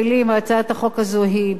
הצעת החוק הזו ברורה.